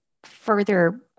further